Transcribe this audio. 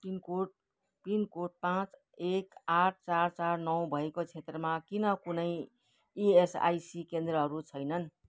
pin code pincode पाँच एक आठ चार चार नौ भएको क्षेत्रमा किन कुनै इएसआइसी केन्द्रहरू छैनन्